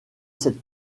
cette